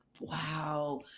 Wow